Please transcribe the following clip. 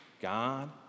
God